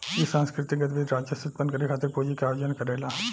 इ सांस्कृतिक गतिविधि राजस्व उत्पन्न करे खातिर पूंजी के आयोजन करेला